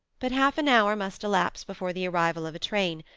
but half an hour must elapse before the arrival of a train,